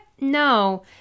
No